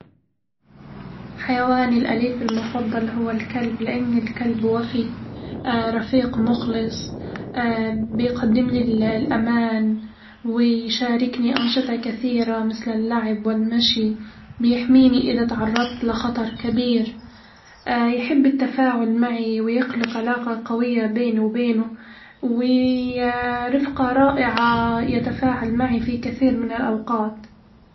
حيواني الأليف المفضل هو الكلب، لإن الكلب وفي رفيق مخلص بيقدم لي ال الأمان ويشاركني أنشطة كثيرة مثل اللعب والمشي بيحميني إذا تعرضت لخطر كبير يحب التفاعل معي ويخلق علاقة قوية بيني وبينه وي رفقة رائعة يتفاعل معي في كثير من الاوقات.